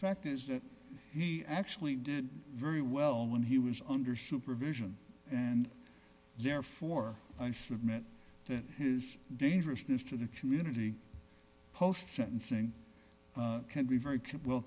fact is that he actually did very well when he was under supervision and therefore i submit that his dangerousness to the community post sentencing can be very